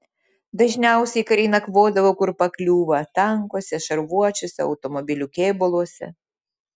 dažniausiai kariai nakvodavo kur pakliūva tankuose šarvuočiuose automobilių kėbuluose